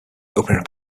opening